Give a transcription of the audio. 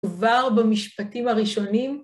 ‫כבר במשפטים הראשונים.